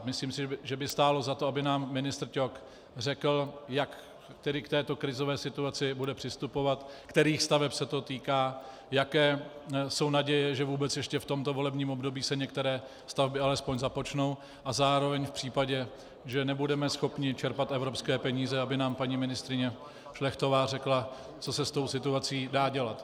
Myslím si, že by stálo za to, aby nám ministr Ťok řekl, jak k této krizové situaci bude přistupovat, kterých staveb se to týká, jaké jsou naděje, že vůbec ještě v tomto volebním období se některé stavby alespoň započnou, a zároveň v případě, že nebudeme schopni čerpat evropské peníze, aby nám paní ministryně Šlechtová řekla, co se s tou situací dá dělat.